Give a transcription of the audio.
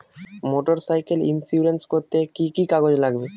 Motorcycle insurance করতে কি কি কাগজ লাগবে?